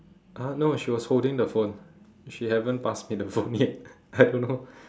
uh no she was holding the phone she haven't passed me the phone yet I don't know